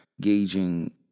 gauging